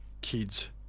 kids